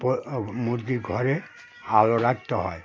মুরগির ঘরে আলো রাখতে হয়